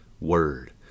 word